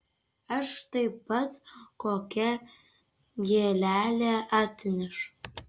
aš taip pat kokią gėlelę atnešu